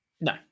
No